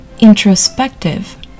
introspective